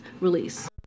release